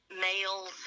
males